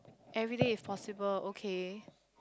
everyday is possible okay